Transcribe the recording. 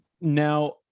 now